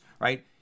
right